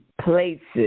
places